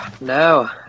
No